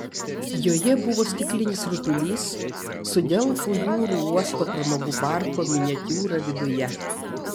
joje buvo stiklinis rutulys su delfų jūrų uosto pramogų parko miniatiūra viduje